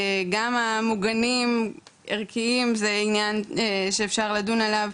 גם מוגנים ערכיים זה עניין שאפשר לדון עליו,